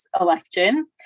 election